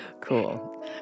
Cool